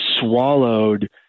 swallowed